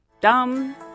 dumb